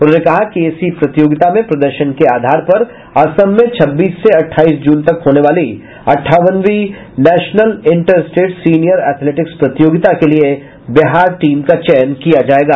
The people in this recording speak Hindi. उन्होंने कहा कि इसी प्रतियोगिता में प्रदर्शन के आधार पर असम में छब्बीस से अठाईस जून तक होने वाली अठावनवीं national inter state senior athletics प्रतियोगिता के लिए बिहार टीम का चयन किया जायेगा